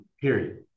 period